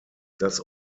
das